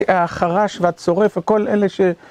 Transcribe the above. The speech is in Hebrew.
החרש והצורף, ה... כל אלה ש...